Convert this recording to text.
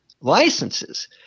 licenses